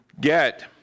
get